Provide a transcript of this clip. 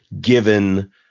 given